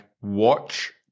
Watch